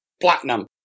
Platinum